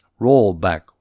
rollback